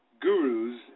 gurus